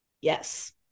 Yes